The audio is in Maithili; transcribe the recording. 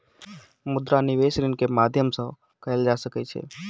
मुद्रा निवेश ऋण के माध्यम से कएल जा सकै छै